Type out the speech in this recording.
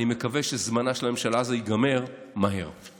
אני מקווה שזמנה של הממשלה הזו ייגמר מהר.